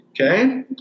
Okay